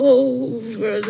over